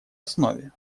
основе